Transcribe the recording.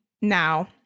now